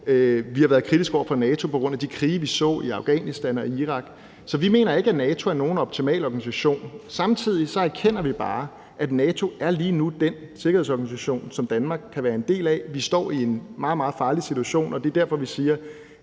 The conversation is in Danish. vi har været kritiske over for NATO på grund af de krige, vi så i Afghanistan og Irak. Så vi mener ikke, at NATO er nogen optimal organisation, men samtidig erkender vi bare, at NATO lige nu er den sikkerhedsorganisation, som Danmark kan være en del af. Vi står i en meget, meget farlig situation, og det er derfor, vi siger,